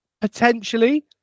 Potentially